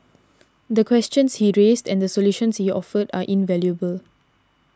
the questions he raised and the solutions he offered are invaluable